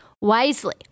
wisely